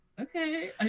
okay